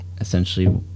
essentially